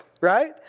right